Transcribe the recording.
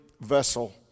vessel